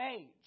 age